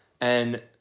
And-